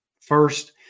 First